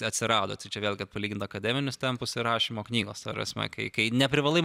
atsirado tai čia vėlgi palygint akademinius tempus ir rašymo knygos ta prasme kai neprivalai